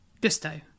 Gusto